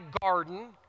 garden